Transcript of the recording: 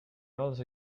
also